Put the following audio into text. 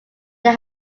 they